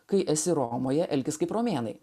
kai esi romoje elkis kaip romėnai